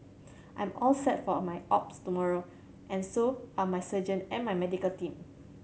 I'm all set for my opts tomorrow and so are my surgeon and my medical team